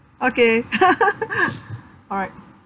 okay alright